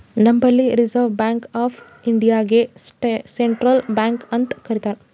ನಂಬಲ್ಲಿ reserve bank of ಇಂಡಿಯಾಗೆ central bank ಅಂತ್ ಕರಿತಾರ್